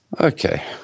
okay